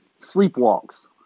sleepwalks